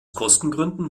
kostengründen